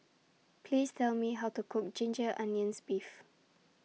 Please Tell Me How to Cook Ginger Onions Beef